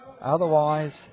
Otherwise